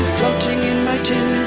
floating in my tin